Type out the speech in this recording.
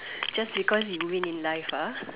just because you win in life ah